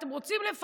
אתם רוצים לפזר?